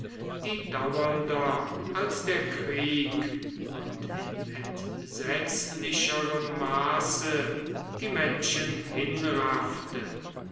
die dauernder als der krieg und in entsetzlicherem maße die menschen